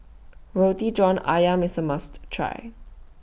Roti John Ayam IS A must Try